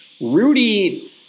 Rudy